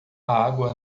água